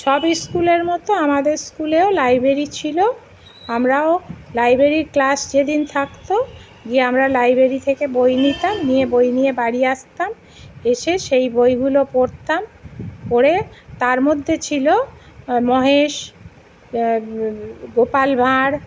সব স্কুলের মতো আমাদের স্কুলেও লাইব্রেরি ছিল আমরাও লাইব্রেরির ক্লাস যেদিন থাকত গিয়ে আমরা লাইব্রেরি থেকে বই নিতাম নিয়ে বই নিয়ে বাড়ি আসতাম এসে সেই বইগুলো পড়তাম পড়ে তার মধ্যে ছিল মহেশ গোপাল ভাঁড়